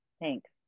thanks